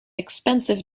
expensive